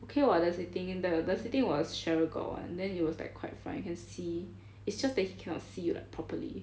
okay what the seating the seating was cheryl got one then it was like quite front you can see is just that like he cannot see you like properly